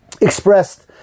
expressed